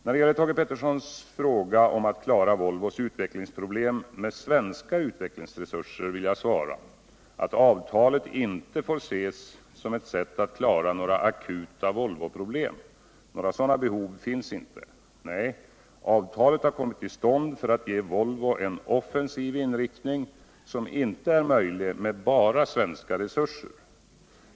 När det gäller Thage Petersons fråga om att klara Volvos utvecklingsproblem med svenska utvecklingsresurser vill jag svara, att avtalet inte får ses som ett sätt att klara några akuta Volvoproblem. Några sådana behov finns inte. Nej, avtalet har kommit till stånd för att ge Volvo en offensiv inriktning, som inte är möjlig med bara svenska resurser.